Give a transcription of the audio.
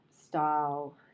style